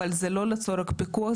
אבל זה לא לצורך פיקוח,